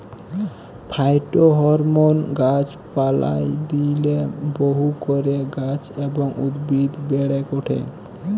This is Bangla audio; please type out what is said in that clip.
ফাইটোহরমোন গাছ পালায় দিইলে বহু করে গাছ এবং উদ্ভিদ বেড়েক ওঠে